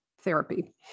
therapy